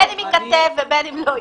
בין אם ייכתב ובין אם לא ייכתב.